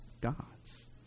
gods